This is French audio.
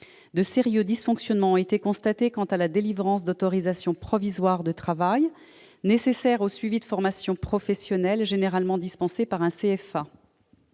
De sérieux dysfonctionnements ont été constatés quant à la délivrance d'autorisations provisoires de travail nécessaires au suivi de formations professionnelles généralement dispensées par un